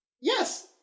Yes